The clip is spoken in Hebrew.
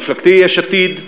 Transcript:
מפלגתי, יש עתיד,